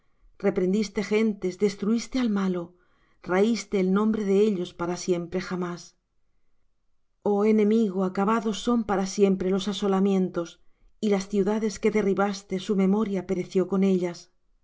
reprendiste gentes destruiste al malo raíste el nombre de ellos para siempre jamás oh enemigo acabados son para siempre los asolamientos y las ciudades que derribaste su memoria pereció con ellas